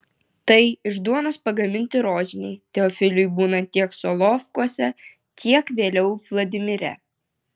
tai iš duonos pagaminti rožiniai teofiliui būnant tiek solovkuose tiek vėliau vladimire